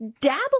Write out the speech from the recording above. dabble